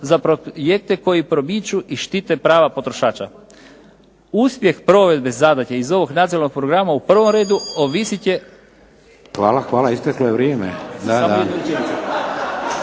za projekte koji promiču i štite prava potrošača. Uspjeh provedbe zadaća iz ovog nacionalnog programa u prvom redu ovisit će… **Šeks, Vladimir (HDZ)** Hvala, hvala. Isteklo je vrijeme.